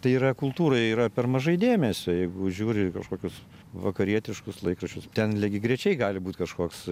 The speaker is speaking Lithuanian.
tai yra kultūrai yra per mažai dėmesio jeigu žiūri į kažkokius vakarietiškus laikraščius ten lygiagrečiai gali būt kažkoks